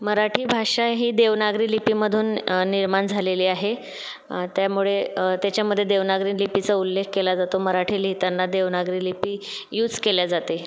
मराठी भाषा ही देवनागरी लिपीमधून निर्माण झालेली आहे त्यामुळे त्याच्यामध्ये देवनागरी लिपीचा उल्लेख केला जातो मराठी लिहिताना देवनागरी लिपी यूज केली जाते